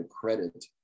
credit